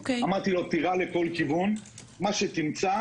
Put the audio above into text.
אמרתי לו: תירה לכל כיוון, מה שתמצא